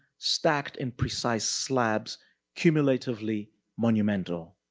stacked in precise slabs cumulatively monumental.